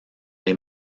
les